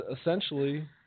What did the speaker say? essentially